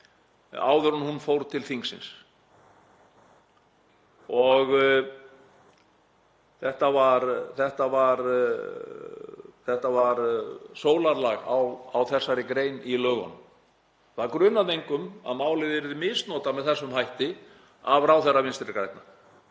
áður en hún fór til þingsins. Þetta var sólarlagsákvæði á þessari grein í lögunum. Engan grunaði að málið yrði misnotað með þessum hætti af ráðherra Vinstri grænna.